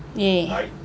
yeah